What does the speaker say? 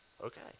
okay